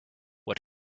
what